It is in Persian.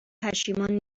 پشیمان